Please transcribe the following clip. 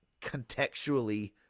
contextually